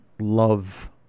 love